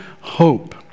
hope